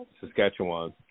Saskatchewan